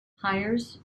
hires